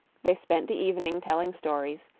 they spent the evening telling stories,